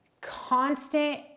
Constant